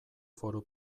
foru